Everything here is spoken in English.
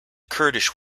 kurdish